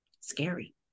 scary